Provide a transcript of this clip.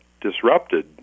disrupted